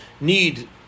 need